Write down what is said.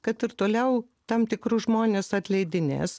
kad ir toliau tam tikrus žmones atleidinės